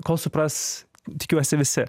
kol supras tikiuosi visi